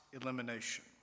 elimination